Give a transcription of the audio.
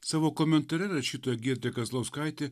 savo komentare rašytoja giedrė kazlauskaitė